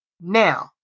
Now